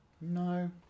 No